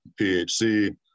PHC